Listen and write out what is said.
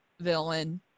villain